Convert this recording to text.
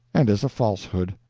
and is a falsehood.